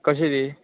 कशी ती